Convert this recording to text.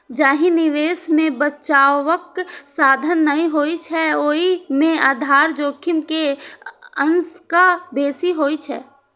जाहि निवेश मे बचावक साधन नै होइ छै, ओय मे आधार जोखिम के आशंका बेसी होइ छै